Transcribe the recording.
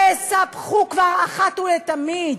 תספחו כבר אחת ולתמיד.